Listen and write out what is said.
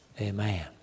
Amen